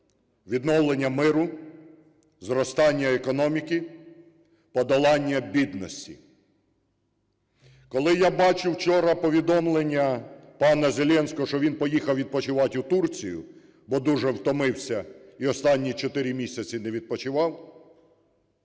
відновлення миру, зростання економіки, подолання бідності. Коли я бачу вчора повідомлення пана Зеленського, що він поїхав відпочивати у Турцію, бо дуже втомився і останні 4 місяці не відпочивав,